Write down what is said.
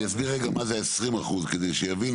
אני אסביר רגע מה זה 20 האחוזים כדי שיבינו,